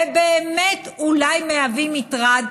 ובאמת אולי מהווים מטרד,